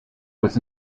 was